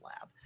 lab